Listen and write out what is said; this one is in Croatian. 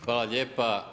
Hvala lijepa.